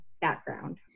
background